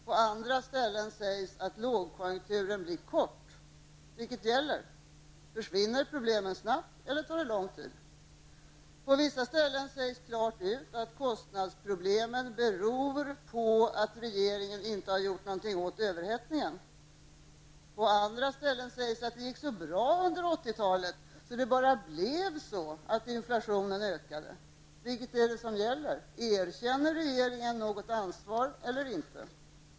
På andra ställen sägs att lågkonjunkturen blir kort. Vilket gäller? Försvinner problemen snabbt, eller tar det lång tid? På vissa ställen sägs klart ut att kostnadsproblemen beror på att regeringen inte har gjort något åt överhettningen. På andra ställen sägs att det gick så bra under 80-talet att det bara blev så att inflationen ökade. Vilket gäller? Erkänner regeringen något ansvar eller inte?